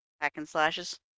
Back-and-slashes